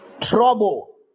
trouble